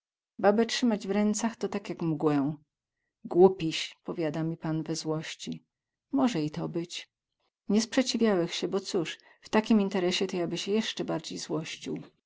babę trzymać w ręcach to tak jak mgłę głupiś powiada mi pan we złości moze i to być nie sprzeciwiałech sie bo coz w takim interesie to ja by sie jesce bardzi złościł